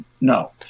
No